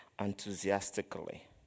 enthusiastically